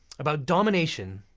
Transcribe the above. about domination,